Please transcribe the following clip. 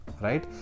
right